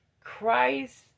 Christ